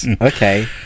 Okay